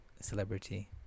celebrity